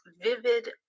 vivid